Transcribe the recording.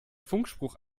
funkspruch